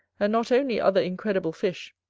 and not only other incredible fish,